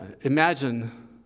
Imagine